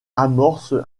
amorce